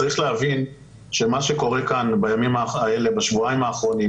צריך להבין שמה שקורה כאן בשבועיים האחרונים